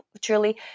truly